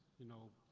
you know,